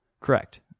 Correct